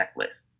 checklist